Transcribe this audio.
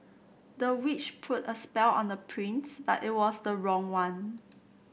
the witch put a spell on the prince but it was the wrong one